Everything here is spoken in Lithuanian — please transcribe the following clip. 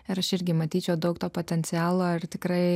ir aš irgi matyčiau daug to potencialo ir tikrai